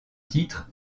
titres